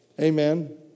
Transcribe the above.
Amen